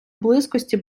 близькості